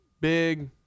big